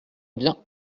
vient